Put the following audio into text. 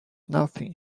nothing